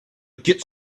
get